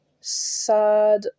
sad